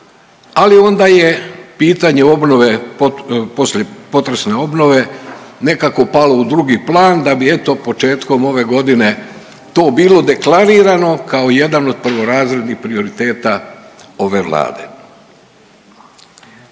ali onda je pitanje obnove poslije potresne obnove nekako palo u drugi plan, da bi eto početkom ove godine to bilo deklarirano kao jedan od prvorazrednih prioriteta ove Vlade.